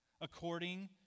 According